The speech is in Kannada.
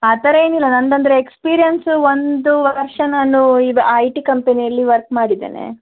ಆ ಥರ ಏನಿಲ್ಲ ನನ್ನದೆಂದರೆ ಎಕ್ಸ್ಪೀರಿಯೆನ್ಸ್ ಒಂದು ವರ್ಷ ನಾನು ಇದು ಐ ಟಿ ಕಂಪನಿಯಲ್ಲಿ ವರ್ಕ್ ಮಾಡಿದ್ದೇನೆ